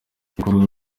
ibikorwa